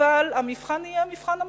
אבל המבחן יהיה מבחן המציאות.